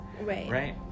Right